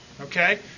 Okay